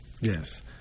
Yes